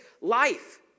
life